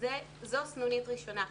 וזאת סנונית ראשונה.